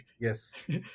yes